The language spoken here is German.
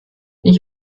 ich